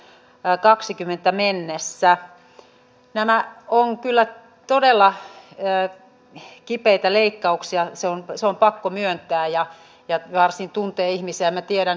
nämä ovat niin hurjia tosiasioita että tässä on aivan pakko näiden edessä kyllä myöntää että meidän työmarkkinajärjestelmä molemmin puolin pöytää ei enää toimi